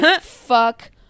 Fuck